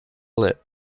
lip